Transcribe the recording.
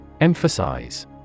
Emphasize